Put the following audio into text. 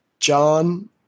John